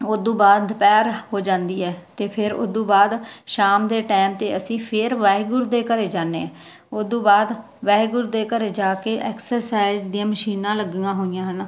ਉਦੂ ਬਾਅਦ ਦੁਪਹਿਰ ਹੋ ਜਾਂਦੀ ਹੈ ਅਤੇ ਫਿਰ ਉਦੂ ਬਾਅਦ ਸ਼ਾਮ ਦੇ ਟਾਈਮ 'ਤੇ ਅਸੀਂ ਫਿਰ ਵਾਹਿਗੁਰੂ ਦੇ ਘਰ ਜਾਨੇ ਹਾਂ ਉਦੂ ਬਾਅਦ ਵਾਹਿਗੁਰੂ ਦੇ ਘਰੇ ਜਾ ਕੇ ਐਕਸਰਸਾਈਜ਼ ਦੀਆਂ ਮਸ਼ੀਨਾਂ ਲੱਗੀਆਂ ਹੋਈਆਂ ਹਨ